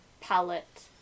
palette